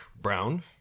Brown